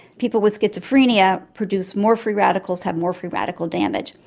people with schizophrenia produce more free radicals, have more free radical damage.